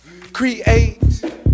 create